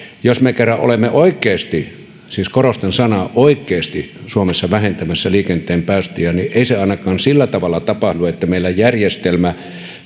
jos me kerran olemme oikeasti siis korostan sanaa oikeasti suomessa vähentämässä liikenteen päästöjä niin ei se ainakaan sillä tavalla tapahdu että meillä järjestelmä